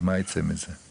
אז מה ייצא מזה"?